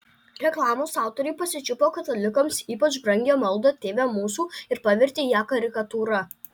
reklamos autoriai pasičiupo katalikams ypač brangią maldą tėve mūsų ir pavertė ją karikatūra